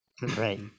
right